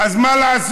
אז מה לעשות?